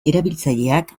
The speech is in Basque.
erabiltzaileak